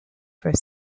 for